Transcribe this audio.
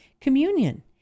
communion